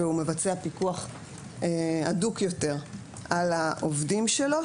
והוא מבצע פיקוח הדוק יותר על העובדים שלו,